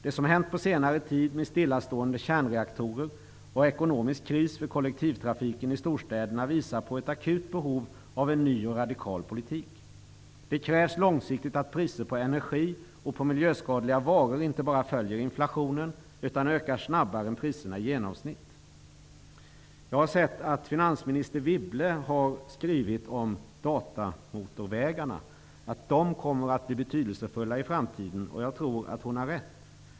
Det som har hänt på senare tid, med stillastående kärnreaktorer och ekonomisk kris för kollektivtrafiken i storstäderna, visar på ett akut behov av en ny och radikal politik. Det krävs långsiktigt att priser på energi och på miljöskadliga varor inte bara följer inflationen, utan ökar snabbare än priserna i genomsnitt. Jag har sett att finansminister Wibble har skrivit om datamotorvägarna, att de kommer att bli betydelsefulla i framtiden. Jag tror att hon har rätt.